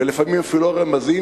ולפעמים אפילו לא רמזים,